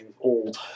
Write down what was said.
old